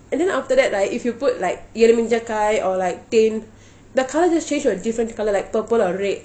and then after that like if you put like இறைஞ்ச காய்:iranja kai or like then the colour just change to a different colour like purple or red